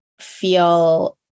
feel